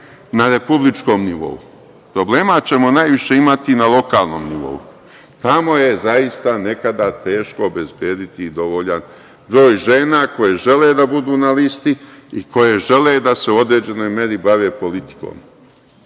na republičkom nivou. Problema ćemo najviše imati na lokalnom nivou. Tamo je zaista nekada teško obezbediti dovoljan broj žena koje žele da budu na listi i koje žele da se u određenoj meri bave politikom.